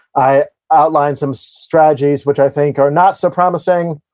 i outline some strategies which i think are not so promising,